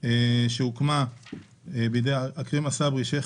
שהוקמה על ידי אכרים א-סברי, שייח